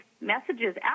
messages